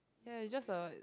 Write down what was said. ya is just a